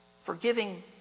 Forgiving